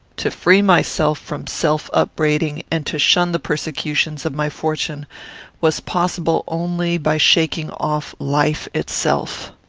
to free myself from self-upbraiding and to shun the persecutions of my fortune was possible only by shaking off life itself.